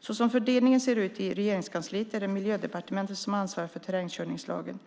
Såsom fördelningen ser ut i Regeringskansliet är det Miljödepartementet som ansvarar för terrängkörningslagen.